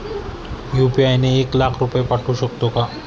UPI ने एक लाख रुपये पाठवू शकतो का?